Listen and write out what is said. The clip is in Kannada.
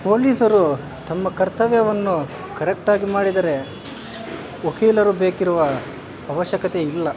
ಪೋಲೀಸರು ತಮ್ಮ ಕರ್ತವ್ಯವನ್ನು ಕರೆಕ್ಟಾಗಿ ಮಾಡಿದರೆ ವಕೀಲರು ಬೇಕಿರುವ ಅವಶ್ಯಕತೆ ಇಲ್ಲ